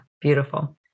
beautiful